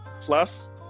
plus